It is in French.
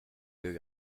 deux